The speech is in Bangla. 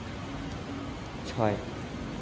ছয়